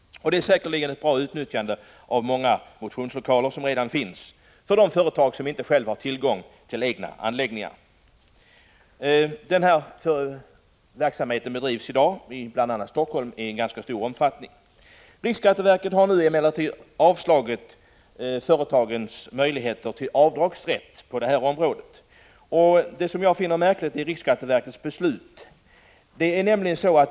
Det är säkerligen ett bra utnyttjande av många motionslokaler som redan finns för de företag som inte själva har tillgång till egna motionsanläggningar. Den här verksamheten bedrivs i dag i bl.a. Helsingfors i ganska stor omfattning. Riksskatteverket har nu emellertid sagt nej till företagens avdragsrätt på det här området. Jag finner riksskatteverkets beslut märkligt.